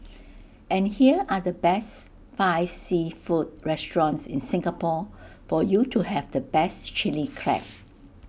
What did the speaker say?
and here are the best five seafood restaurants in Singapore for you to have the best Chilli Crab